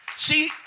See